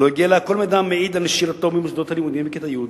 לא הגיע אלי כל מידע המעיד על נשירתו ממוסדות הלימודים כיתה י',